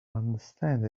understand